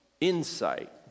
insight